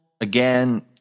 again